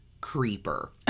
Creeper